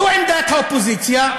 זו עמדת האופוזיציה,